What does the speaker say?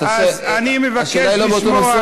אז אני מבקש לשמוע,